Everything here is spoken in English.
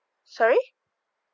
sorry